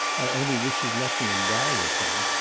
i only wish you'd let me endow the thing.